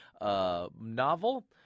novel